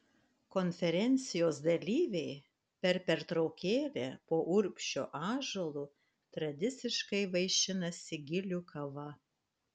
konferencijos dalyviai per pertraukėlę po urbšio ąžuolu tradiciškai vaišinasi gilių kava